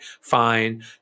Fine